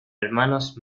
hermanos